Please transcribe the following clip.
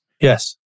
Yes